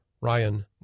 Ryan